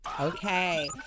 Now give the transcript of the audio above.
Okay